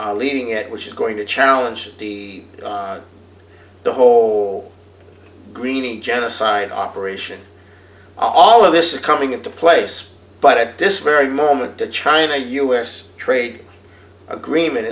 or leading it which is going to challenge the the whole greening genocide operation all of this is coming into place but at this very moment to china u s trade agreement